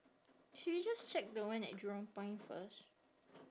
should we just check the one at jurong point first